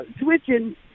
switching